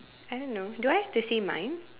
I don't know do I have to say mine